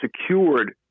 secured